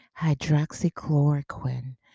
hydroxychloroquine